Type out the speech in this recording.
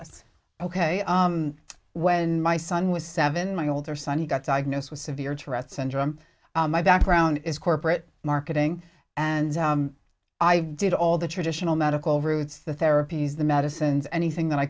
ok when my son was seven my older son he got diagnosed with severe tourette's syndrome my background is corporate marketing and i did all the traditional medical routes the therapies the medicines anything that i